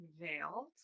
Unveiled